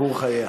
סיפור חייה.